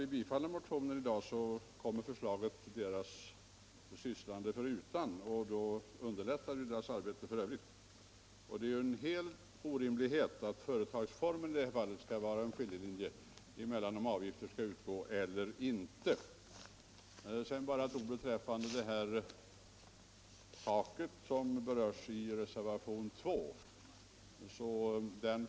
Om vi bifaller motionen i dag kommer förslaget fram deras sysslande förutan, och då underlättar vi deras arbete för övrigt. Det är helt orimligt att företagsformen skall vara den skiljelinje som avgör om avgifter skall utgå eller inte. I Några ord beträffande taket som berörs i reservationen 2.